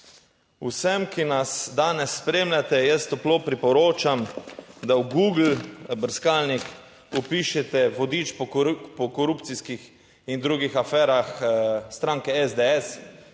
Vsem, ki nas danes spremljate, jaz toplo priporočam, da v Google brskalnik vpišete Vodič po korupcijskih in drugih aferah stranke SDS.